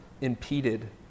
impeded